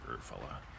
fella